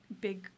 big